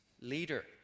leader